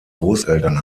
großeltern